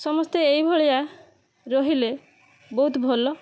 ସମସ୍ତେ ଏଇ ଭଳିଆ ରହିଲେ ବହୁତ ଭଲ